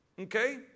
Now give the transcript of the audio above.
Okay